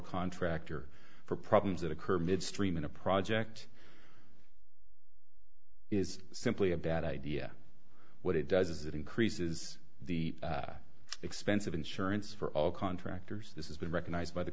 contractor for problems that occur midstream in a project is simply a bad idea what it does is it increases the expense of insurance for all contractors this is been recognized by the